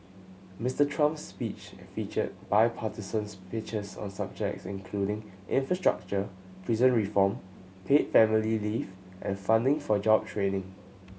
Mister Trump's speech featured bipartisan pitches on subjects including infrastructure prison reform paid family leave and funding for job training